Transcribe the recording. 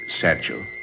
satchel